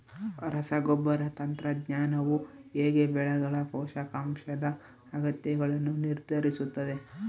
ರಸಗೊಬ್ಬರ ತಂತ್ರಜ್ಞಾನವು ಹೇಗೆ ಬೆಳೆಗಳ ಪೋಷಕಾಂಶದ ಅಗತ್ಯಗಳನ್ನು ನಿರ್ಧರಿಸುತ್ತದೆ?